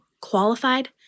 qualified